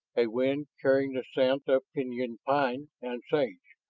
a wind carrying the scent of pinon pine and sage,